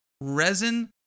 resin